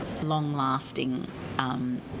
long-lasting